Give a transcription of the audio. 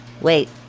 Wait